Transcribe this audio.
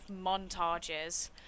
montages